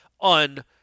on